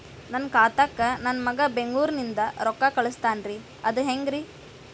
ನನ್ನ ಖಾತಾಕ್ಕ ನನ್ನ ಮಗಾ ಬೆಂಗಳೂರನಿಂದ ರೊಕ್ಕ ಕಳಸ್ತಾನ್ರಿ ಅದ ಹೆಂಗ್ರಿ?